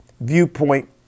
viewpoint